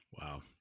Wow